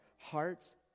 hearts